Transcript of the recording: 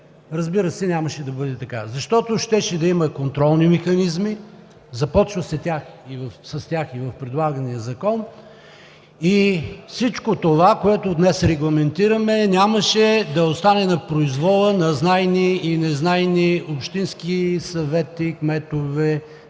разбира се, нямаше да бъде така. Защото щеше да има контролни механизми – започва се с тях и в предлагания закон, и всичко това, което днес регламентираме, нямаше да остане на произвола на знайни и незнайни общински съвети и кметове,